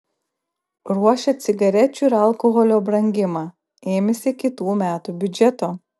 ruošia cigarečių ir alkoholio brangimą ėmėsi kitų metų biudžeto